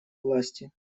власти